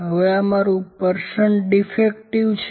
હવે આ મારું પરસન્ટ ડીફેક્ટિવ છે